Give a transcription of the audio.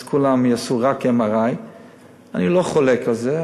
אז כולם יעשו רק MRI. אני לא חולק על זה,